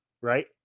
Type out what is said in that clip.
right